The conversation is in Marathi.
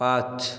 पाच